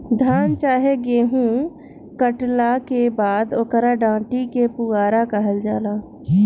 धान चाहे गेहू काटला के बाद ओकरा डाटी के पुआरा कहल जाला